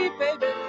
baby